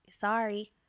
sorry